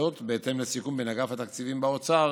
וזאת בהתאם לסיכום בין אגף התקציבים באוצר